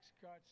cuts